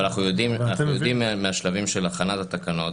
להבנתי, יש פה עניין שהוא מעבר לחוק.